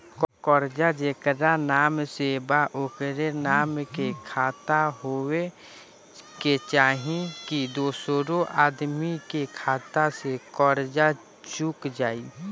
कर्जा जेकरा नाम से बा ओकरे नाम के खाता होए के चाही की दोस्रो आदमी के खाता से कर्जा चुक जाइ?